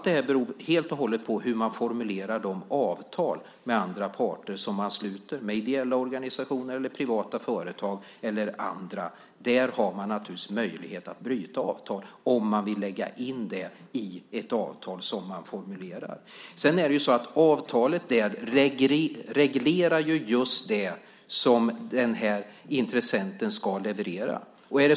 Det beror helt och hållet på hur man formulerar de avtal som man sluter med andra parter, med ideella organisationer, med privata företag eller med andra. Man har naturligtvis möjlighet att bryta ett avtal om man vill skriva in sådant i ett avtal som man formulerar. Avtalet reglerar det som intressenten ska leverera.